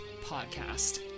podcast